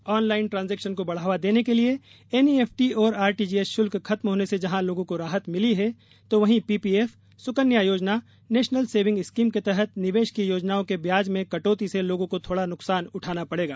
on line transaction को बढ़ावा देने के लिये एनईएफटी और आरटीजीएस शुल्क खत्म होने से जहां लोगों को राहत मिली है तो वहीं पीपीएफ सुकन्या योजना नेशनल सेविंग स्कीम के तहत निवेश की योजनाओं के ब्याज में कटौती से लोगों को थोड़ा नुकसान उठाना पड़ेगा